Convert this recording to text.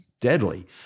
deadly